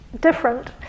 different